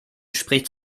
spricht